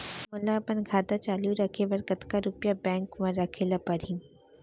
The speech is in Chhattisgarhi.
मोला अपन खाता चालू रखे बर कतका रुपिया बैंक म रखे ला परही?